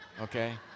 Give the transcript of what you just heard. okay